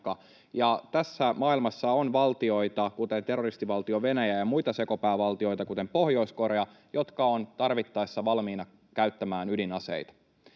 tässä maailmassa on valtioita, kuten terroristivaltio Venäjä ja muita sekopäävaltioita, kuten Pohjois-Korea, jotka ovat tarvittaessa valmiina käyttämään ydinaseita,